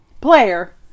Player